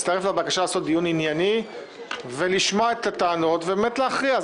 אני מצטרף לבקשה לעשות דיון ענייני ולשמוע את הטענות ובאמת להכריע.